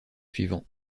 suivant